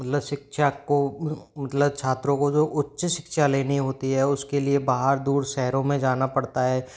शिक्षा को मतलब छात्रों को जो उच्च शिक्षा लेनी होती है उसके लिए बाहर दूर शहरों में जाना पड़ता है